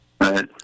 Right